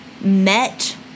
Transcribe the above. met